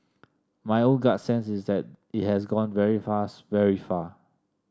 my own gut sense is that it has gone very fast very far